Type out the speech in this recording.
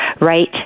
Right